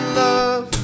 love